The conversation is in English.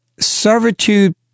servitude